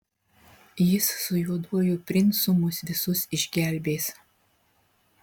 jis su juoduoju princu mus visus išgelbės